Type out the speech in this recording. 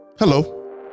Hello